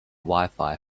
wifi